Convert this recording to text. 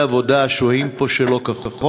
להתמודדות עם תופעת מהגרי העבודה השוהים פה שלא כחוק?